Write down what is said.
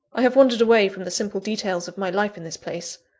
i have wandered away from the simple details of my life in this place.